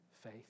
faith